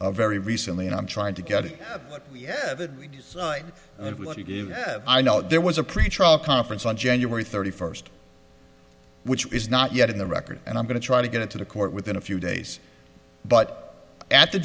very recently and i'm trying to get it yeah that i know there was a pretrial conference on january thirty first which is not yet in the record and i'm going to try to get it to the court within a few days but at the